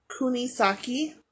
Kunisaki